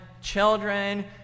children